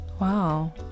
wow